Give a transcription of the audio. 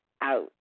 out